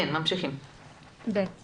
על אף